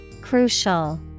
Crucial